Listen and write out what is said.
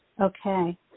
Okay